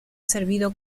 servido